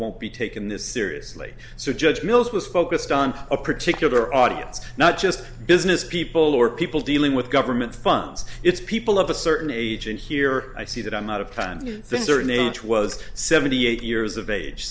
won't be taken this seriously so judge mills was focused on a particular audience not just big people or people dealing with government funds it's people of a certain age and here i see that i'm out of time things are in age was seventy eight years of age